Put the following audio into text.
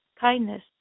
kindness